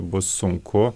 bus sunku